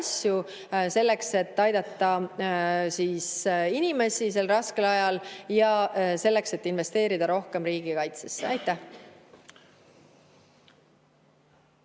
selleks et aidata inimesi sel raskel ajal ja selleks et investeerida rohkem riigikaitsesse.